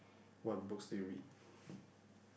what books do you read